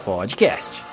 Podcast